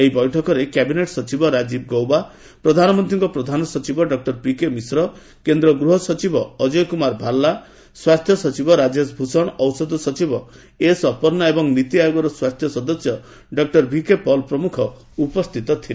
ଏହି ବୈଠକରେ କ୍ୟାବିନେଟ୍ ସଚିବ ରାଜୀବ ଗୌବା ପ୍ରଧାନମନ୍ତ୍ରୀଙ୍କ ପ୍ରଧାନ ସଚିବ ଡକୁର ପିକେ ମିଶ୍ର କେନ୍ଦ୍ର ଗୃହସଚିବ ଅଜୟ କୁମାର ଭଲ୍ଲା ସ୍ୱାସ୍ଥ୍ୟ ସଚିବ ରାଜେଶ ଭୂଷଣ ଔଷଧ ସଚିବ ଏସ୍ ଅପର୍ଣ୍ଣା ଏବଂ ନୀତି ଆୟୋଗର ସ୍ୱାସ୍ଥ୍ୟ ସଦସ୍ୟ ଡକ୍ଟର ବିକେପଲ୍ ଉପସ୍ଥିତ ଥିଲେ